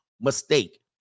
mistake